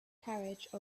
carriage